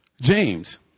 James